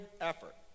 effort